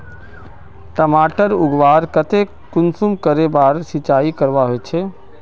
टमाटर उगवार केते कुंसम करे बार सिंचाई करवा होचए?